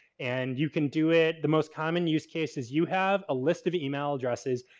and you can do it. the most common use case is you have a list of email addresses,